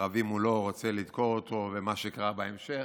שרוצה לדקור אותו, ומה שקרה בהמשך,